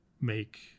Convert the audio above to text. make